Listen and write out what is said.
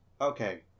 okay